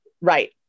Right